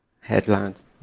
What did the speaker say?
headlines